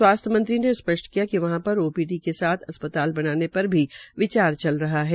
स्वास्थ्य मंत्री ने स्पष्ट किया कि वहां पर ओपीडी के साथ अस्पताल बनाने पर भी विचार चल रहा है